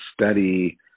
study